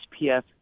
SPF